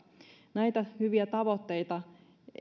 näitä hyviä tavoitteita